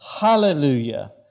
Hallelujah